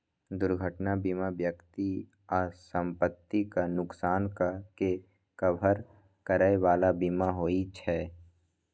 दुर्घटना बीमा व्यक्ति आ संपत्तिक नुकसानक के कवर करै बला बीमा होइ छे